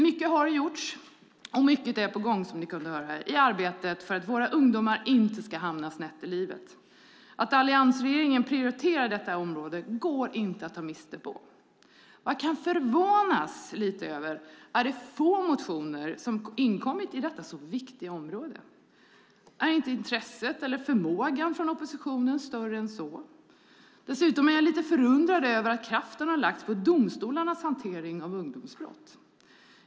Mycket har gjorts och mycket är på gång i arbetet för att våra ungdomar inte ska hamna snett i livet. Att alliansregeringen prioriterar detta område går inte att ta miste på. Man kan förvånas lite över de få motioner som har väckts om detta så viktiga område. Är inte intresset eller förmågan från oppositionen större än så? Dessutom är jag lite förundrad över att kraften har lagts på domstolarnas hantering av ungdomsbrott.